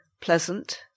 pleasant